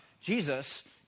Jesus